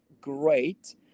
great